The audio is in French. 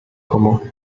comment